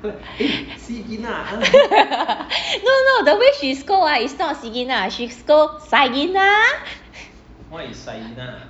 no no no the way she scold ah is not si gina she scold sai gina